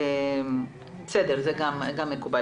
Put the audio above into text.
זה מקובל.